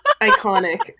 Iconic